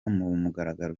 kumugaragaro